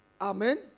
Amen